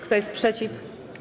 Kto jest przeciw?